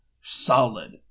Solid